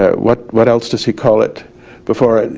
ah what what else does he call it before?